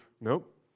Nope